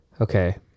Okay